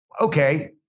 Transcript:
okay